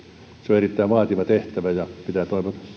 erittäin vaativa tehtävä ja pitää